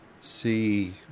see